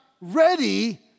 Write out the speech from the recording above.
ready